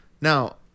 Now